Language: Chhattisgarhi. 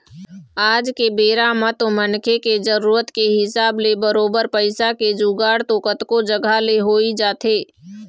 आज के बेरा म तो मनखे के जरुरत के हिसाब ले बरोबर पइसा के जुगाड़ तो कतको जघा ले होइ जाथे